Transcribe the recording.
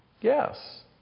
Yes